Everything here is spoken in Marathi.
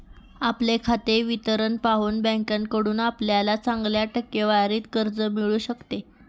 आपले खाते विवरण पाहून बँकेकडून आपल्याला चांगल्या टक्केवारीत कर्ज मिळू शकते